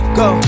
go